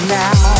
now